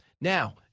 Now